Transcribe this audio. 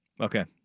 Okay